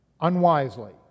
unwisely